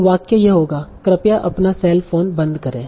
तों वाक्य यह होगा कृपया अपना सेल फ़ोन बंद करें